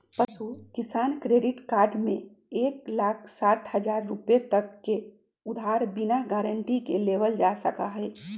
पशु किसान credit card में एक लाख साठ हजार रुपए तक के उधार बिना गारंटी के लेबल जा सका हई